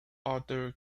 author